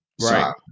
Right